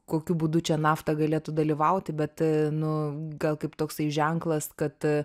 kokiu būdu čia nafta galėtų dalyvauti bet nu gal kaip toksai ženklas kad